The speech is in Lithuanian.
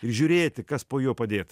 ir žiūrėti kas po juo padėta